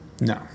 No